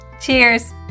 Cheers